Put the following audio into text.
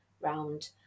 round